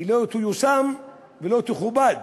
היא לא תיושם ולא תכובד.